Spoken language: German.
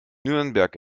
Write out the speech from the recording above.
nürnberg